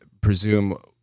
presume